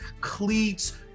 cleats